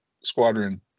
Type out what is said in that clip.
squadron